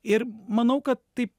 ir manau kad taip